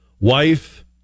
wife